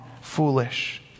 foolish